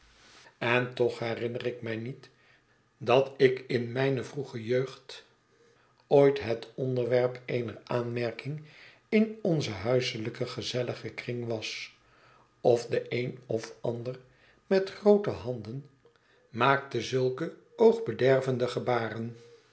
en toch herinner ik mij niet dat ik in mijne vroege jeugd ooit het onderwerp eener aanmerking in onzen huiselijk gezelligen kring was of de een of ander met groote handen maakte zulke oogbedervende gebaren